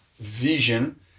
vision